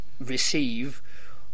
receive